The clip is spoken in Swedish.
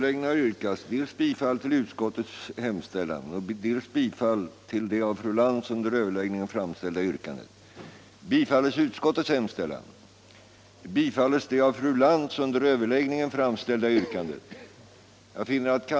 den det ej vill röstar nej. dragen för daghemsbyggande 50